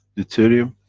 deuterium